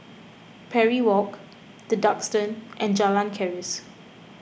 Parry Walk the Duxton and Jalan Keris